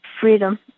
freedom